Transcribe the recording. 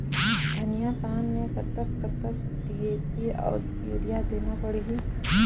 धनिया पान मे कतक कतक डी.ए.पी अऊ यूरिया देना पड़ही?